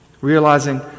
realizing